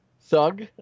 thug